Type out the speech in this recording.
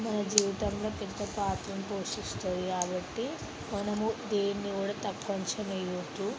మన జీవితంలో పెద్ద పాత్రని పోషిస్తుంది కాబట్టి మనం దేన్నీ కూడా తక్కువ అంచనా వెయ్యొద్దు